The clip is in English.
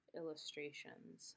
illustrations